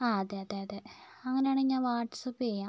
ആ അതേ അതെ അതെ അങ്ങനെയാണെങ്കിൽ ഞാൻ വാട്സ്ആപ്പ് ചെയ്യാം